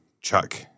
chuck